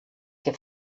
que